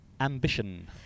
Ambition